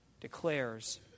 declares